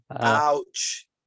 ouch